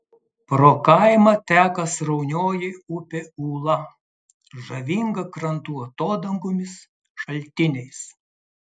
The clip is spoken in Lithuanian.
pro kaimą teka sraunioji upė ūla žavinga krantų atodangomis šaltiniais